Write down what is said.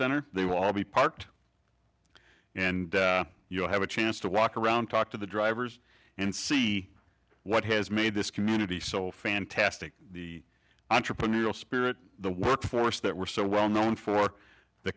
center they will be parked and you have a chance to walk around talk to the drivers and see what has made this community so fantastic the entrepreneurial spirit the workforce that we're so well known for the